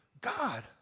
God